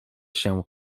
się